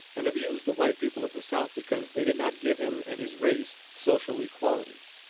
and abused the white people of the south because they did not give him and his race social equality.